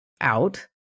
out